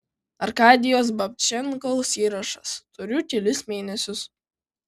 arkadijaus babčenkos įrašas turiu kelis mėnesius